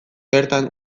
bertan